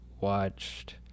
watched